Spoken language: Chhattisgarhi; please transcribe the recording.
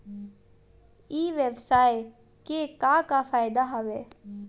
ई व्यवसाय के का का फ़ायदा हवय?